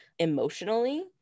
emotionally